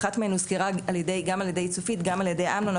אחת מהן הוזכרה גם על-ידי צופית וגם על-ידי אמנון,